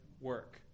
work